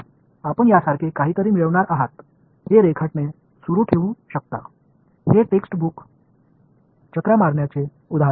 तर आपण यासारखे काहीतरी मिळवणार आहात हे रेखाटणे सुरू ठेवू शकता हे टेक्स्टबुक चकरा मारण्याचे उदाहरण आहे